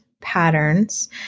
patterns